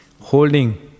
holding